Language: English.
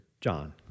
John